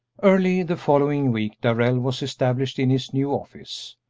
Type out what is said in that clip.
early the following week darrell was established in his new office.